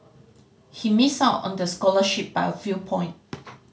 he missed out on the scholarship by a few point